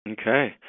Okay